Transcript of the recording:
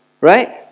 Right